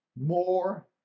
more